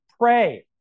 pray